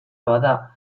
bada